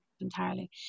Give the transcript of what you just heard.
entirely